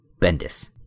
Bendis